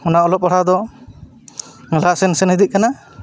ᱚᱱᱟ ᱚᱞᱚᱜ ᱯᱟᱲᱦᱟᱣᱫᱚ ᱞᱟᱦᱟᱥᱮᱱ ᱥᱮᱱ ᱤᱫᱤᱜ ᱠᱟᱱᱟ